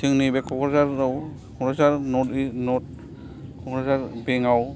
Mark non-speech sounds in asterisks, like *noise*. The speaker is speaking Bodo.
जों नैबे क'क्राझाराव क'क्राझार *unintelligible* क'क्राझार बेंकआव